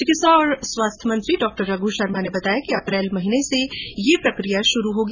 चिकित्सा और स्वास्थ्य मंत्री डॉ रघु शर्मा ने बताया कि अप्रेल महीने से ये प्रक्रिया शुरु होगी